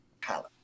palette